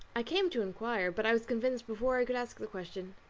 i came to inquire, but i was convinced before i could ask the question.